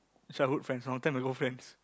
childhood friend long time ago friend